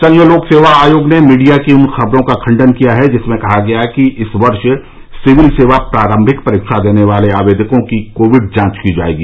संघ लोक सेवा आयोग ने मीडिया की उन खबरों का खंडन किया है जिनमें कहा गया था कि इस वर्ष सिविल सेवा प्रारंभिक परीक्षा देने वाले आवेदकों की कोविड जांच की जाएगी